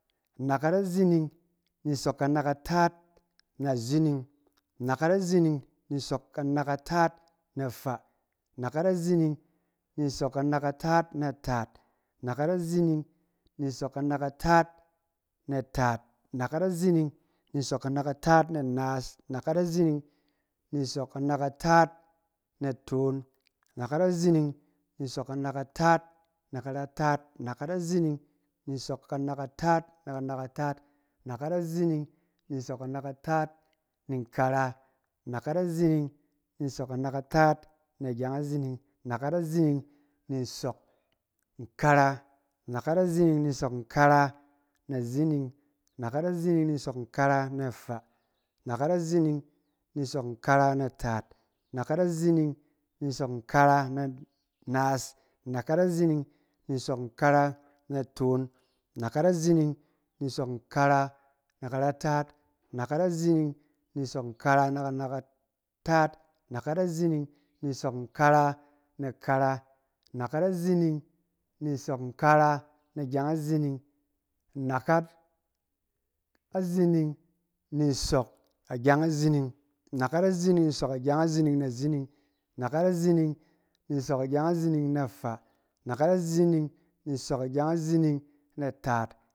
Anakat azining ni nsɔk kanakataat na zining, anakat azining ni nsɔk kanakataat na faa, anakat azining ni nsɔk kanakataat na taat, anakat azining ni nsɔk kanakataat na naas, anakat azining ni nsɔk kanakataat na toon, anakat azining ni nsɔk kanakataat na karataat, anakat azining ni nsɔk kanakataat na kanakataat, anakat azining ni nsɔk kanakataat ni nkara, anakat azining ni nsɔk kanakataat na gyeng azining, anakat azining ni nsɔk nkara, anakat azining ni nsɔk nkara na zining, anakat azining ni nsɔk nkara na faa, anakat azining ni nsɔk nkara na taat, anakat azining ni nsɔk nkara na naas, anakat azining ni nsɔk nkara na toon, anakat azining ni nsɔk nkara na karataat, anakat azining ni nsɔk nkara na kanaka-taat, anakat azining ni nsɔk nkara ni nkara, anakat azining ni nsɔk nkara na gyeng azining, anakat- azining ni nsɔk agyeng azining na zining, anakat azining ni nsɔk agyeng azining na faa, anakat azining ni nsɔk agyeng azining na taat,